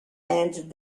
and